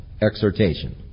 exhortation